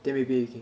then maybe you can